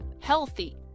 healthy